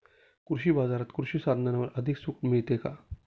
कृषी बाजारात कृषी साधनांवर अधिक सूट मिळेल का?